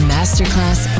Masterclass